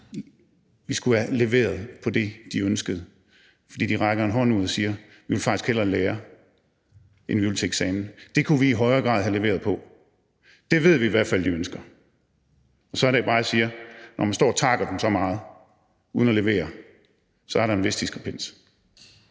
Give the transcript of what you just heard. man skulle have leveret på det, de ønskede. For de rækker en hånd ud og siger: Vi vil faktisk hellere lære, end vi vil til eksamen. Det kunne vi i højere grad have leveret på, og det ved vi i hvert fald de ønsker. Så er det bare, jeg siger, at når man står og takker dem så meget uden at levere, er der en vis diskrepans.